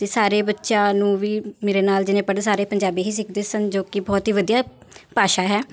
ਅਤੇ ਸਾਰੇ ਬੱਚਿਆਂ ਨੂੰ ਵੀ ਮੇਰੇ ਨਾਲ ਜਿਹੜੇ ਪੜ੍ਹਦੇ ਸਾਰੇ ਪੰਜਾਬੀ ਹੀ ਸਿੱਖਦੇ ਸਨ ਜੋ ਕਿ ਬਹੁਤ ਹੀ ਵਧੀਆ ਭਾਸ਼ਾ ਹੈ